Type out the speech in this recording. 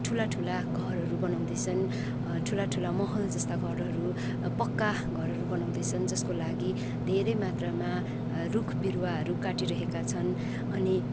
ठुला ठुला घरहरू बनाउँदैछन् ठुलाठुला महल जस्ता घरहरू पक्का घरहरू बनाउँदैछन् जस्को लागि धेरै मात्रामा रुख बिरुवाहरू काटिरहेका छन् अनि